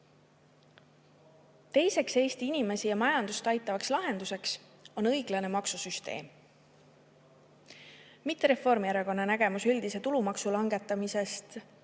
kuus. Teine Eesti inimesi ja majandust aitav lahendus on õiglane maksusüsteem, mitte Reformierakonna nägemus üldise tulumaksu langetamisest,